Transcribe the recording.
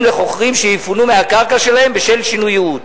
לחוכרים שיפונו מהקרקע שלהם בשל שינוי ייעוד.